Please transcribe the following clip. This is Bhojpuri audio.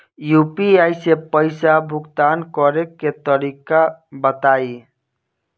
यू.पी.आई से पईसा भुगतान करे के तरीका बताई?